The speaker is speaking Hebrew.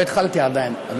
לא התחלתי עדיין.